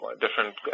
different